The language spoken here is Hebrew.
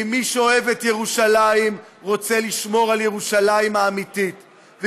כי מי שאוהב את ירושלים רוצה לשמור על ירושלים האמיתית,